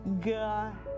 God